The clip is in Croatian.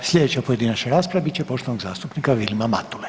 Sljedeća pojedinačna rasprava bit će poštovanog zastupnika Vilima Matule.